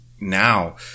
now